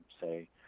say